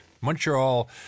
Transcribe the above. Montreal